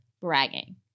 bragging